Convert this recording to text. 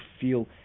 feel